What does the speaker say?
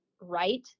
right